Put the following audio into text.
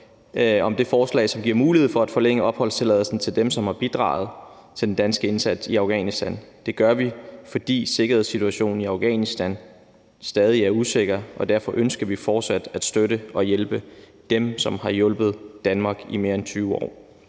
om det forslag, som giver mulighed for at forlænge opholdstilladelsen til dem, som har bidraget til den danske indsats i Afghanistan. Det gør vi, fordi sikkerhedssituationen i Afghanistan stadig er usikker, og derfor ønsker vi fortsat at støtte og hjælpe dem, som har hjulpet Danmark i mere end 20 år.